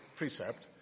precept